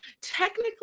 Technically